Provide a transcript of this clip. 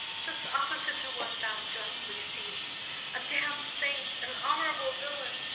just opposite to what thou justly seem'st a damned saint, an honourable villain!